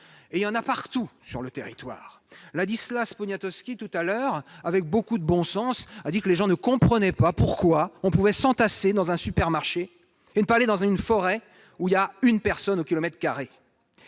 se trouvent partout sur le territoire. Tout à l'heure, avec beaucoup de bon sens, Ladislas Poniatowski a dit que les gens ne comprenaient pas pourquoi on pouvait s'entasser dans un supermarché et ne pas aller dans une forêt où il y a une personne au kilomètre carré.